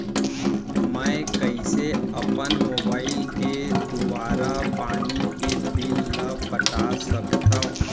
मैं कइसे अपन मोबाइल के दुवारा पानी के बिल ल पटा सकथव?